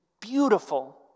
beautiful